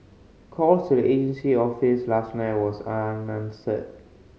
calls to the agency office last night was unanswered